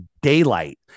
daylight